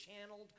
channeled